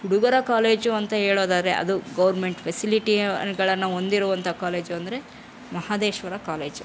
ಹುಡುಗರ ಕಾಲೇಜು ಅಂತ ಹೇಳೋದಾದ್ರೆ ಅದು ಗೋರ್ಮೆಂಟ್ ಫೆಸಿಲಿಟಿಗಳನ್ನು ಹೊಂದಿರುವಂತಹ ಕಾಲೇಜು ಅಂದರೆ ಮಹದೇಶ್ವರ ಕಾಲೇಜ್